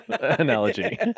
analogy